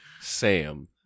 Sam